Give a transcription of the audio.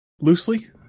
Loosely